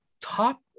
top